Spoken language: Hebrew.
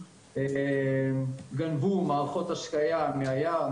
גנבו מערכות השקיה מהיער,